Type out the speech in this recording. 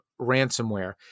ransomware